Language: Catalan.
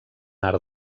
art